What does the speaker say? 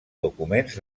documents